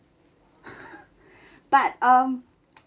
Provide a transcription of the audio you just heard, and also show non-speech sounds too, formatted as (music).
(laughs) but um